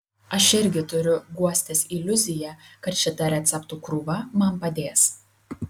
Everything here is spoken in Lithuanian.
aš irgi turiu guostis iliuzija kad šita receptų krūva man padės